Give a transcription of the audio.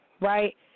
right